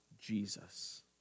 Jesus